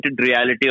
reality